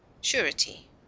surety